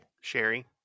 Sherry